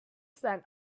stand